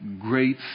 great